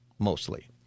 mostly